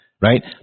right